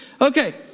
Okay